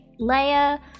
Leia